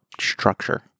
structure